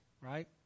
right